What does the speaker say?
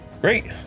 Great